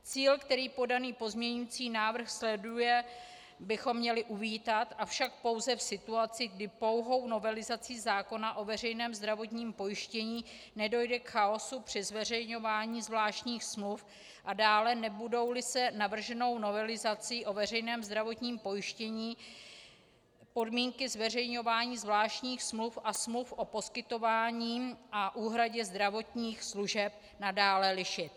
Cíl, který podaný pozměňovací návrh sleduje, bychom měli uvítat, avšak pouze v situaci, kdy pouhou novelizací zákona o veřejném zdravotním pojištění nedojde k chaosu při zveřejňování zvláštních smluv, a dále, nebudouli se navrženou novelizací o veřejném zdravotním pojištění podmínky zveřejňování zvláštních smluv a smluv o poskytování a úhradě zdravotních služeb nadále lišit.